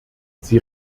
sie